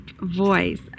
voice